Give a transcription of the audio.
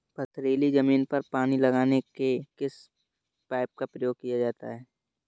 पथरीली ज़मीन पर पानी लगाने के किस पाइप का प्रयोग किया जाना चाहिए?